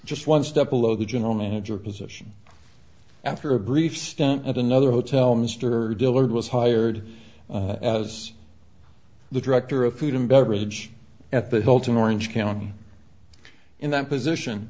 just one step below the general manager position after a brief stint at another hotel mr dillard was hired as the director of food and beverage at the hilton orange county in that position